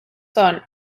son